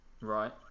Right